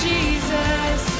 Jesus